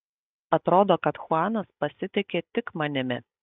atrodo kad chuanas pasitiki tik manimi